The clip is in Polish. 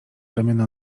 ramiona